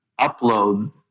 upload